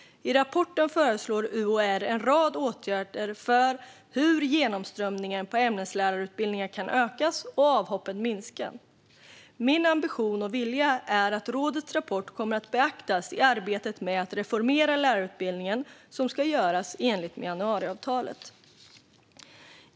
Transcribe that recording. I rapporten föreslår UHR en rad åtgärder för hur genomströmningen på ämneslärarutbildningen kan ökas och avhoppen minskas. Min ambition och vilja är att rådets rapport kommer att beaktas i det arbete med att reformera lärarutbildningen som ska göras i enlighet med januariavtalet.